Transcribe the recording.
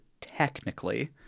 technically